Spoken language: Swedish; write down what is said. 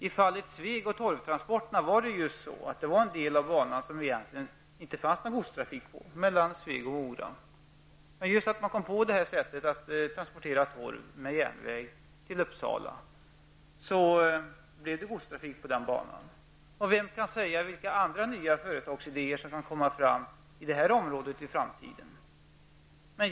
I fallet Sveg och torvtransporterna var det ju så att det egentligen inte fanns någon godstrafik på en del av banan -- mellan Sveg och Mora. Genom att man kom på att man kunde transportera torv med järnväg till Uppsala fick man godstrafik på den banan. Vem vet vilka andra nya företagsidéer som kan komma fram i det här området i framtiden?